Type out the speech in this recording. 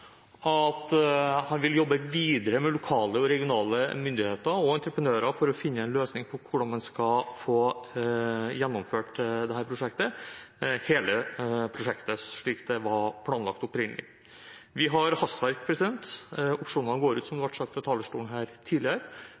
at han vil jobbe videre med lokale og regionale myndigheter og entreprenører for å finne en løsning på hvordan man skal få gjennomført dette prosjektet – hele prosjektet – slik det var planlagt opprinnelig. Vi har hastverk. Opsjonen går ut, som det ble sagt fra talerstolen her tidligere,